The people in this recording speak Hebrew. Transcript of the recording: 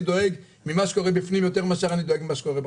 אני דואג ממה שקורה בפנים יותר ממה מאשר אני דואג ממה שקורה בחוץ.